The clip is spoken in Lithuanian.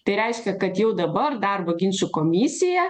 tai reiškia kad jau dabar darbo ginčų komisija